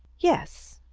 yes,